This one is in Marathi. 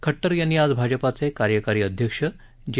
खड्टर यांनी आज भाजपाचे कार्यकारी अध्यक्ष जे